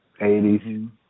80s